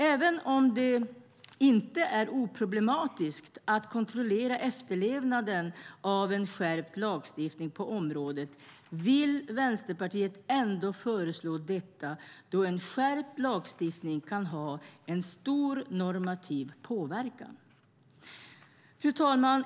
Även om det inte är oproblematiskt att kontrollera efterlevnaden av en skärpt lagstiftning på området vill Vänsterpartiet ändå föreslå detta, då en skärpt lagstiftning kan ha en stor normativ påverkan. Fru talman!